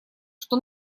что